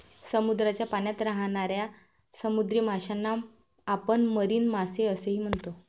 समुद्राच्या पाण्यात राहणाऱ्या समुद्री माशांना आपण मरीन मासे असेही म्हणतो